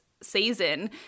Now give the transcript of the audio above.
Season